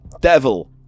devil